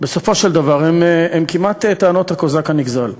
בסופו של דבר הם כמעט טענות הקוזק הנגזל,